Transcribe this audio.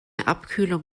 abkühlung